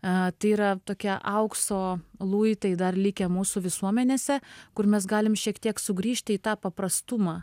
e tai yra tokie aukso luitai dar likę mūsų visuomenėse kur mes galim šiek tiek sugrįžti į tą paprastumą